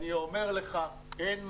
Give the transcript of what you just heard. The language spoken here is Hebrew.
אני אומר לך אין מגעים.